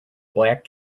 black